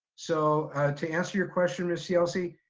so to answer your question miss yelsey,